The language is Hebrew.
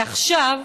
ועכשיו,